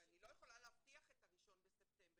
אני לא יכולה להבטיח את ה-1 בספטמבר.